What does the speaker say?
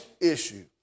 issue